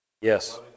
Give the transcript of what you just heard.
Yes